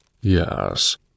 Yes